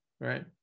right